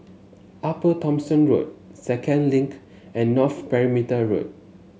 Upper Thomson Road Second Link and North Perimeter Road